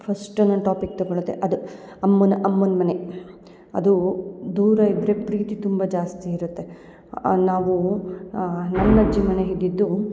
first ನಾನು topic ತೊಗೊಳ್ಳುವುದೆ ಅದು ಅಮ್ಮನ ಅಮ್ಮನ ಮನೆ ಅದು ದೂರ ಇದ್ದರೆ ಪ್ರೀತಿ ತುಂಬ ಜಾಸ್ತಿ ಇರುತ್ತೆ ನಾವು ನನ್ನ ಅಜ್ಜಿ ಮನೆ ಇದ್ದಿದ್ದು